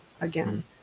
again